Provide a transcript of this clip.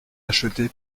acheté